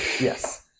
Yes